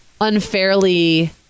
unfairly